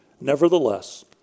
Nevertheless